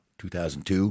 2002